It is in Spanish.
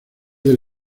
del